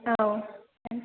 औ